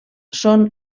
són